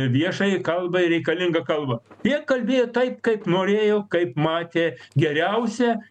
viešai kalba ir reikalinga kalba jie kalbėjo taip kaip norėjo kaip matė geriausia